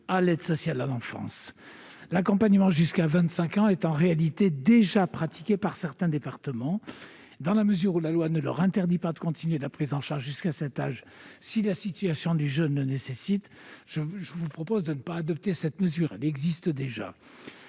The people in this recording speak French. à l'ASE. En réalité, l'accompagnement jusqu'à 25 ans est déjà pratiqué par certains départements. Dans la mesure où la loi n'interdit pas de continuer la prise en charge jusqu'à cet âge si la situation du jeune le nécessite, je vous propose de ne pas adopter cette mesure. En outre,